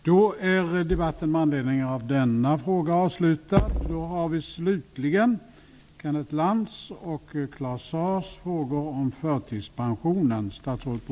Herr talman! Kenneth Attefors har frågat mig om jag som medlem i regeringen ämnar verka för att det skall införas en lag som berövar vissa svenskar deras svenska medborgarskap på grund av deras åsikter.